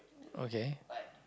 okay